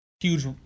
huge